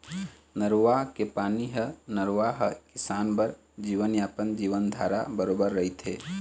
नरूवा के पानी ह नरूवा ह किसान बर जीवनयापन, जीवनधारा बरोबर रहिथे